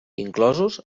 inclosos